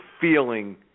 feeling